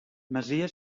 masia